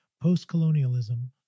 Post-colonialism